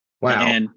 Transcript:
Wow